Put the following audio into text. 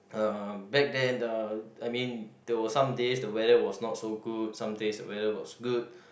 uh back then uh I mean there were some days the weather was not so good some days the weather was good